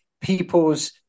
people's